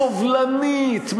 סובלנית,